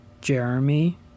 Jeremy